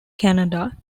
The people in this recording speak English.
canada